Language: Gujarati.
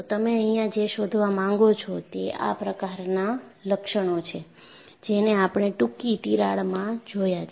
તો તમે અહીંયા જે શોધવા માંગો છો તે આ પ્રકારના લક્ષણો છે જેને આપણે ટૂંકી તિરાડમાં જોયા છે